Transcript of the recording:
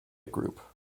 group